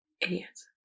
Idiots